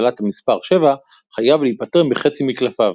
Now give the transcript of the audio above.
הטלת המספר 7 חייב להיפטר מחצי מקלפיו.